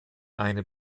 eine